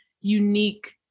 unique